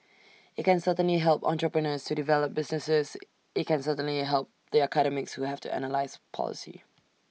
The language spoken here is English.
IT can certainly help entrepreneurs to develop businesses IT certainly can help the academics who have to analyse policy